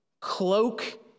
cloak